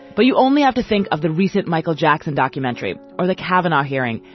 but you only have to think of the recent michael jackson documentary or the cavernous hearing.